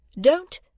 Don't